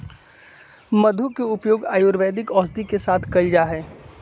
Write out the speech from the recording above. मधु के उपयोग आयुर्वेदिक औषधि के साथ कइल जाहई